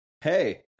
hey